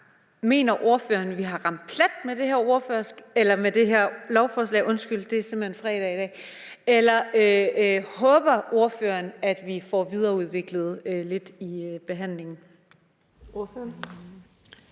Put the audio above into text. Mener ordføreren, at vi har ramt plet med det her lovforslag? Eller håber ordføreren, at vi får videreudviklet lidt i behandlingen?